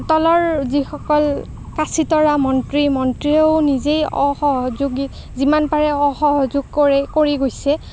তলৰ যিসকল কাচিতৰা মন্ত্ৰী মন্ত্ৰীয়েও নিজেই অসযোগ যিমান পাৰে অসহযোগ কৰি কৰি গৈছে